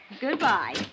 Goodbye